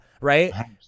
right